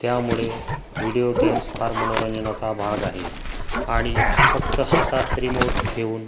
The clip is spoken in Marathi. त्यामुळे व्हिडिओ गेम्स फार मनोरंजनाचा भाग आहे आणि फक्त हातात रिमोट ठेवून